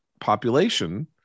population